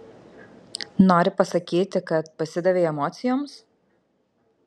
nori pasakyti kad pasidavei emocijoms